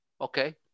okay